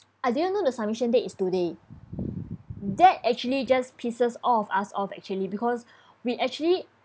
I didn't know the submission date is today that actually just pisses all of us off actually because we actually